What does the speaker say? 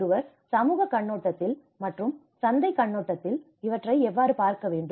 ஒருவர் சமூகக் கண்ணோட்டத்தில் மற்றும் சந்தைக் கட்டடத்தில் இவற்றை பார்க்கவேண்டும்